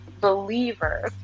believers